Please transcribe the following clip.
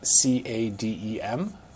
c-a-d-e-m